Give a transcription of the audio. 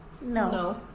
No